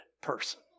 person